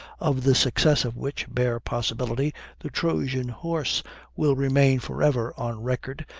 of the success of which bare possibility the trojan horse will remain for ever on record,